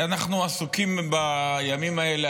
אנחנו עסוקים בימים האלה,